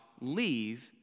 leave